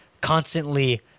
constantly